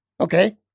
Okay